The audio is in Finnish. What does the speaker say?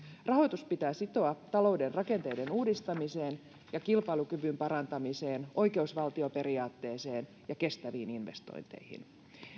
rahoitus pitää sitoa talouden rakenteiden uudistamiseen ja kilpailukyvyn parantamiseen oikeusvaltioperiaatteeseen ja kestäviin investointeihin